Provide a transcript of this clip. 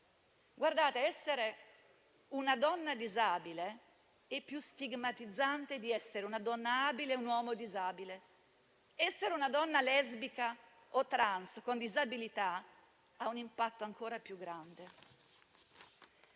essere una donna disabile è più stigmatizzante di essere una donna abile o un uomo disabile; essere una donna lesbica o trans con disabilità ha un impatto ancora più grande.